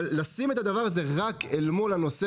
אבל לשים את הדבר הזה רק אל מול הנושא